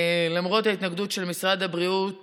למרות ההתנגדות של משרד הבריאות